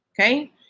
Okay